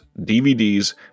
DVDs